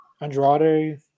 Andrade